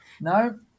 no